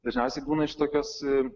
dažniausiai būna šitokios